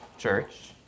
church